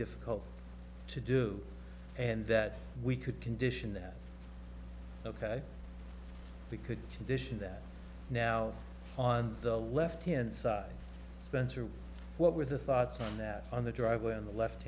difficult to do and that we could condition that ok we could condition that now on the left hand side fence or what were the thoughts on that on the driveway on the left